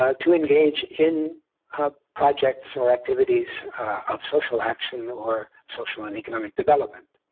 ah to engage in ah projects or activities of social action or social and economic development.